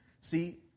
See